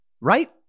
right